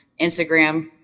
Instagram